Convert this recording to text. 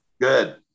Good